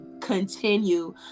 continue